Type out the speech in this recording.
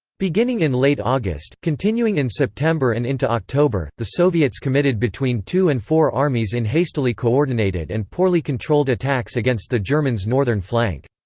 beginning in late august, continuing in september and into october, the soviets committed between two and four armies in hastily coordinated and poorly controlled attacks against the germans' northern flank.